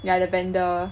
yeah the vendor